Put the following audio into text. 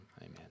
Amen